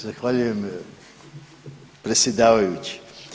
Zahvaljujem predsjedavajući.